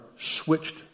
switched